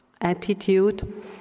attitude